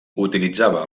utilitzava